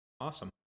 Awesome